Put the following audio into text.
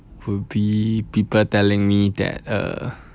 would be people telling me that uh